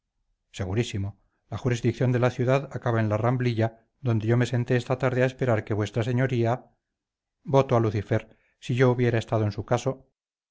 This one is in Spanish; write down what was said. segurísimo la jurisdicción de la ciudad acaba en la ramblilla donde yo me senté esta tarde a esperar que vuestra señoría voto a lucifer si yo hubiera estado en su caso